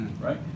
right